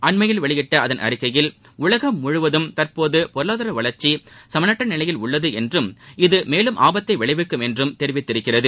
அண்மையில் வெளியிட்ட அதன் அறிக்கையில் உலகம் முழுவதும் தற்போது பொருளாதார வளர்ச்சி சமனற்ற நிலையில் உள்ளது என்றும் இது மேலும் ஆபத்தை விளைவிக்கும் என்றும் தெரிவித்திருக்கிறது